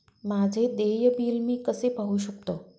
माझे देय बिल मी कसे पाहू शकतो?